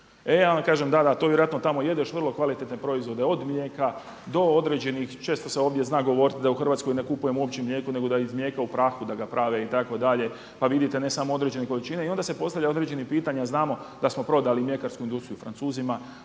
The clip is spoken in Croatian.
E ja onda kažem da da, to vjerojatno tamo jedeš vrlo kvalitetne proizvode od mlijeka do određenih često se ovdje zna govoriti da u Hrvatskoj ne kupujemo uopće mlijeko, nego da iz mlijeka u prahu da ga prave itd. Pa vidite ne samo određene količine i onda se postavlja određeno pitanje, a znamo da smo prodali mljekarsku industriju Francuzima,